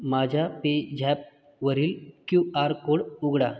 माझ्या पेझॅपवरील Q R code उघडा